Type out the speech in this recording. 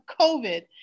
COVID